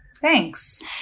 Thanks